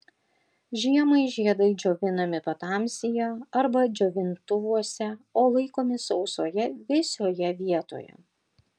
žiemai žiedai džiovinami patamsyje arba džiovintuvuose o laikomi sausoje vėsioje vietoje